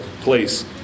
place